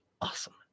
awesome